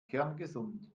kerngesund